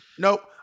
Nope